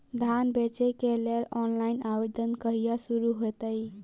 धान बेचै केँ लेल ऑनलाइन आवेदन कहिया शुरू हेतइ?